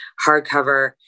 hardcover